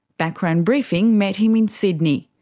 background briefing met him in sydney.